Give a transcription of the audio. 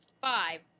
five